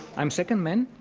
i'm second man,